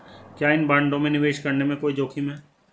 क्या इन बॉन्डों में निवेश करने में कोई जोखिम है?